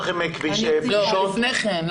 לפני כן.